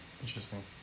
Interesting